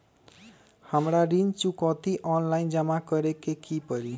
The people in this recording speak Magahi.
हमरा ऋण चुकौती ऑनलाइन जमा करे के परी?